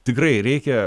tikrai reikia